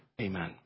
amen